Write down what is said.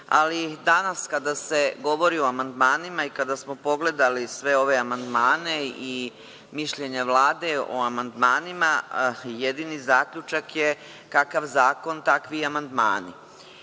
ali danas kada se govori o amandmanima i kada smo pogledali sve ove amandmane i mišljenja Vlade o amandmanima jedini zaključak je – kakav zakona, takvi amandmani. Vi